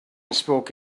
spoke